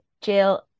jail